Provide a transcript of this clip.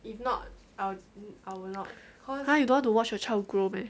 ha you don't want to watch your child grow meh